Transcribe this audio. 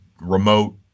remote